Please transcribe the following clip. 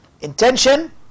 Intention